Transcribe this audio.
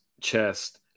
chest